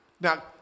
Now